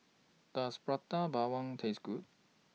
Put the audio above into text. Does Prata Bawang Taste Good